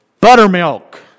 buttermilk